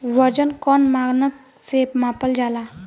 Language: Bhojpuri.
वजन कौन मानक से मापल जाला?